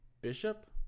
Bishop